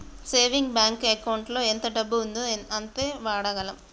saving bank ఎకౌంటులో ఎంత డబ్బు ఉందో అంతే వాడగలం